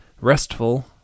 restful